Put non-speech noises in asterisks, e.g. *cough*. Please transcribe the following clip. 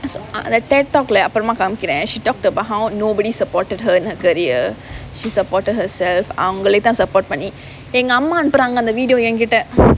t~ like T_E_D talk like அப்புறமா காமிக்கறேன்:appuramaa kaamikkaraen she talked about nobody supported her in her career she supported herself அவங்களே தான்:avangalae thaan support பண்ணி எங்க அம்மா அனுப்புறாங்க அந்த:panni enga amma anuppuraanga antha video என்கிட்ட:enkitta *noise*